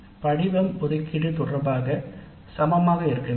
படிவம் ஒதுக்கீடு தொடர்பாகசமமாக இருக்க வேண்டும்